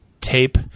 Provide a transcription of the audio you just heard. tape